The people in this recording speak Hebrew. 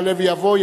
יעלה ויבוא,